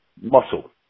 muscle